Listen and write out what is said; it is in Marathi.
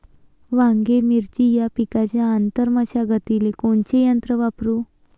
वांगे, मिरची या पिकाच्या आंतर मशागतीले कोनचे यंत्र वापरू?